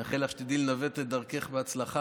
אני מאחל לך שתדעי לנווט את דרכך בהצלחה